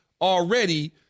already